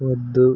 వద్దు